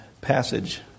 passage